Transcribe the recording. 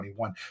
2021